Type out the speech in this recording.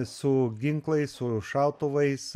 su ginklais su šautuvais